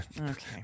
Okay